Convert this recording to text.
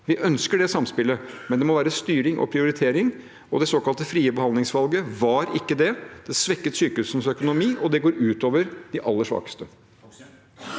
vi ønsker det samspillet, men det må være styring og prioritering. Det såkalte frie behandlingsvalget var ikke det – det svekket sykehusenes økonomi, og det går ut over de aller svakeste.